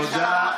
תודה רבה.